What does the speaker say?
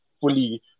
fully